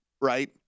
right